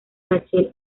rachel